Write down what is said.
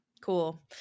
cool